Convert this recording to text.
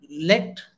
let